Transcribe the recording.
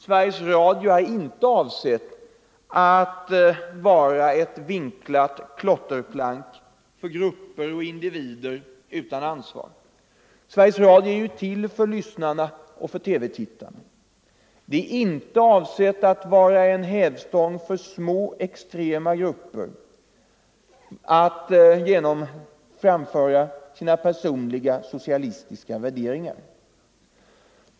Sveriges Radio är inte avsett att vara ett vinklat klotterplank för grupper och individer utan ansvar. Sveriges Radio är till för lyssnarna och TV-tittarna. Det är inte avsett att vara en hävstång för små extrema grupper att framföra sina personliga socialistiska värderingar.